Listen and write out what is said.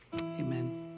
amen